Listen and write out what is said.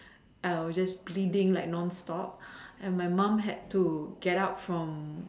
I was just bleeding like non stop and my mom had to get up from